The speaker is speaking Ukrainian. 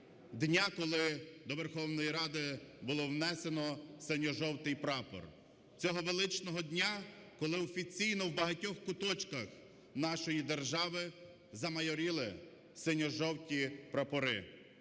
дня, коли до Верховної Ради було внесено синьо-жовтий прапор, цього величного дня, коли офіційно у багатьох куточках нашої держави замайоріли синьо-жовті пропори.